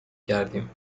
کردیم